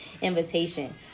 invitation